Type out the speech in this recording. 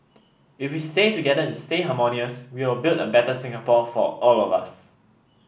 if we stay together and stay harmonious we will build a better Singapore for all of us